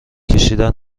کشیدن